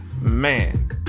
man